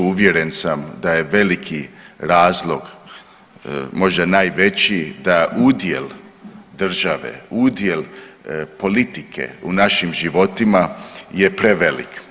Uvjeren sam da je veliki razlog možda najveći da udjel države, udjel politike u našim životima je prevelik.